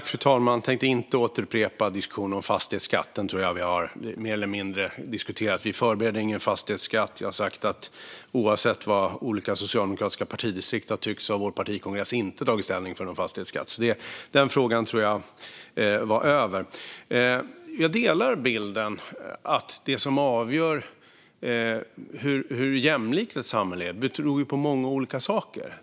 Fru talman! Jag tänker inte upprepa diskussionen om fastighetsskatt. Den tror jag att vi mer eller mindre har diskuterat. Vi förbereder ingen fastighetsskatt. Oavsett vad olika socialdemokratiska partidistrikt har tyckt har vår partikongress inte tagit ställning för någon fastighetsskatt. Den frågan trodde jag var över. Jag delar bilden att hur jämlikt ett samhälle är beror på många olika saker.